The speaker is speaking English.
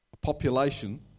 population